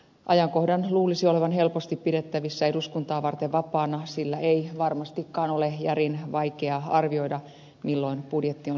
ajankohdan luulisi olevan helposti pidettävissä eduskuntaa varten vapaana sillä ei varmastikaan ole järin vaikeaa arvioida milloin budjetti on salissa